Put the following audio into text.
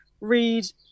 read